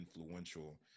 influential